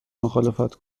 مخالفت